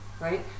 right